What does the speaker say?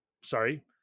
sorry